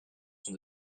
sont